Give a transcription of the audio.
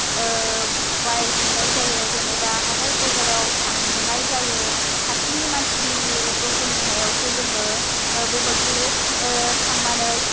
बायहैनाय जायो जेनेबा हाथाय बाजाराव थांनाय जायो खाथिनि मानसिनि बोसोन होनायावसो जोङो बेबायदि थांनानै